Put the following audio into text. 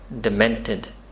demented